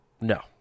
No